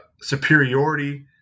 superiority